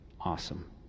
awesome